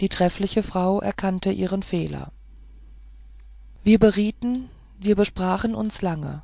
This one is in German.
die treffliche frau erkannte ihren fehler wir berieten wir besprachen uns lange